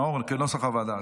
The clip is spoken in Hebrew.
נאור, כנוסח הוועדה.